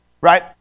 right